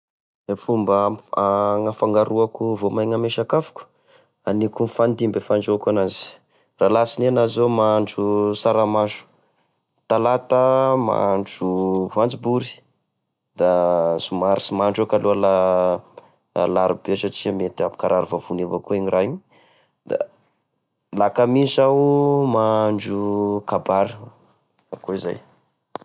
E fomba ampif- agnafangaroako e voamaigny ame sakafoko, aniko mifandimby e fandrahoako anazy: raha alasinainy aho zao mahandro saramaso, talata mahandro voanjobory, da somary sy mahandro eky aloa alarobia satria mety akarary vavony igny raha iny da lakamisy aho mahandro kabary, akoa e zay.